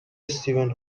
استیون